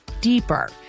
deeper